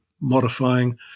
modifying